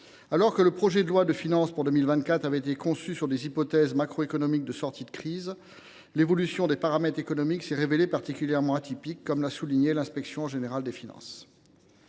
Alors que le projet de loi de finances pour 2024 avait été conçu sur des hypothèses macroéconomiques de sortie de crise, l’évolution des paramètres économiques s’est révélée particulièrement atypique, comme l’a souligné l’inspection générale des finances.